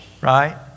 Right